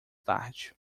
tarde